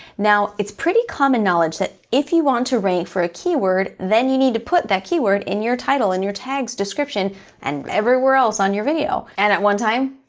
now, it's pretty common knowledge that if you want to rank for a keyword, then you need to put that keyword in your title, in your tags, description and everywhere else on your video. and at one time,